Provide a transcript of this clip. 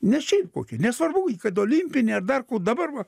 ne šiaip kokia nesvarbu ji kad olimpinė dar ko dabar va